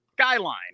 Skyline